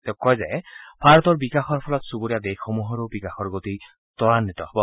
তেওঁ কয় যে ভাৰতৰ বিকাশৰ ফলত চুবুৰীয়া দেশসমূহৰো বিকাশৰ গতি ত্বৰান্নিত হ'ব